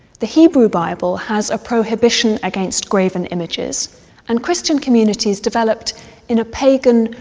the hebrew bible has a prohibition against graven images and christian communities developed in a pagan,